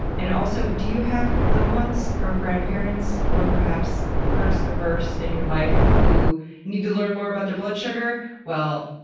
and also, do you have little ones, or grandparents, or perhaps curse-averse in your life who need to learn more about their blood sugar? well,